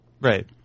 Right